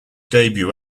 debut